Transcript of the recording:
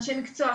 אנשי מקצוע,